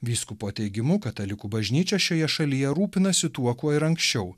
vyskupo teigimu katalikų bažnyčia šioje šalyje rūpinasi tuo kuo ir anksčiau